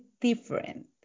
different